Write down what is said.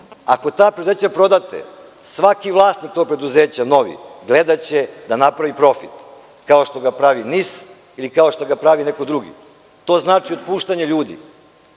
Ako ta preduzeća prodate, svaki novi vlasnik tog preduzeća gledaće da napravi profit, kao što ga pravi NIS ili kao što ga pravi neko drugi. To znači otpuštanje ljudi.